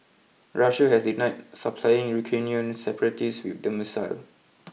Russia has denied supplying Ukrainian separatists with the missile